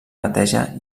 neteja